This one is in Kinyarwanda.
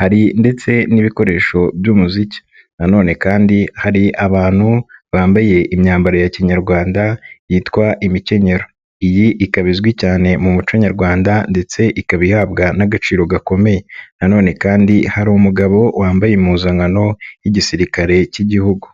hari ndetse n'ibikoresho by'umuziki. Nanone kandi hari abantu bambaye imyambaro ya kinyarwanda yitwa imikenyero. Iyi ikaba izwi cyane mu muco nyarwanda ndetse ikaba ihabwa n'agaciro gakomeye. Nanone kandi hari umugabo wambaye impuzankano y'Igisirikare k'Igihugu.